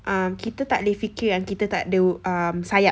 um kita tak boleh fikir kita tak ada um sayap